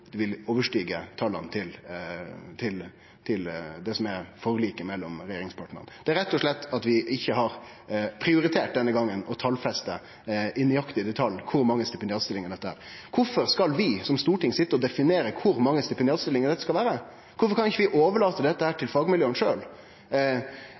slett slik at vi ikkje har prioritert denne gongen å talfeste i nøyaktig detalj kor mange stipendiatstillingar dette er. Kvifor skal vi, som storting, sitje og definere kor mange stipendiatstillingar det skal vere? Kvifor kan vi ikkje overlate dette